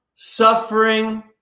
suffering